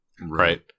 Right